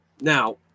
Now